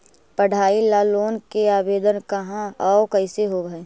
पढाई ल लोन के आवेदन कहा औ कैसे होब है?